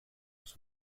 was